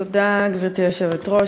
תודה, גברתי היושבת-ראש.